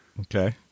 Okay